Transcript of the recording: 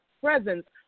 presence